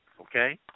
Okay